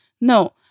No